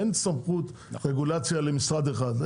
אין סמכות רגולציה למשרד אחד,